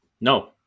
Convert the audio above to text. no